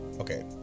okay